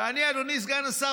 ואדוני סגן השר,